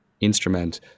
instrument